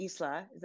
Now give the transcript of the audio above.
Isla